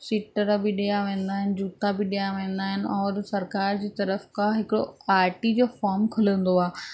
sweater बि ॾिया वेंदा आहिनि जूता बि ॾिया वेंदा आहिनि और सरकारि जी तर्फ़ खां हिकिड़ो आर टी जो फॉम खुलंदो आहे